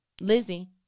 Lizzie